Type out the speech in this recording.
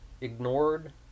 Ignored